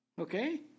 Okay